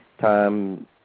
time